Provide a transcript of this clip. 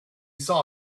saw